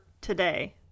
today